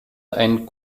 ein